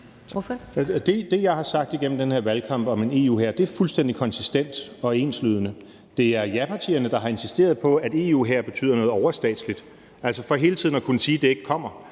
Det, jeg har sagt igennem den her valgkamp om en EU-hær, er fuldstændig konsistent og enslydende. Det er japartierne, der har insisteret på, at en EU-hær betyder noget overstatsligt, altså for hele tiden at kunne sige, at det ikke kommer.